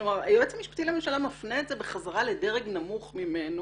כלומר היועץ המשפטי לממשלה מפנה את זה בחזרה לדרג נמוך ממנו,